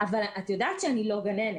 אבל את יודעת שאני לא גננת.